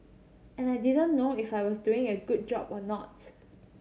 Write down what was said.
and I didn't know if I was doing a good job or not